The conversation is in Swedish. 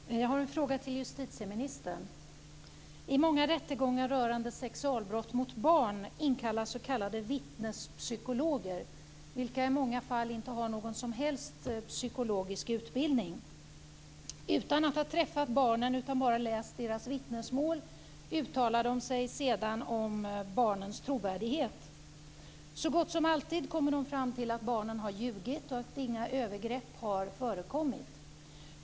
Fru talman! Jag har en fråga till justitieministern. I många rättegångar rörande sexualbrott mot barn inkallas s.k. vittnespsykologer, vilka i många fall inte har någon som helst psykologisk utbildning. Utan att ha träffat barnen utan bara läst deras vittnesmål uttalar de sig sedan om barnens trovärdighet. Så gott som alltid kommer de fram till att barnen har ljugit och att inga övergrepp har förekommit.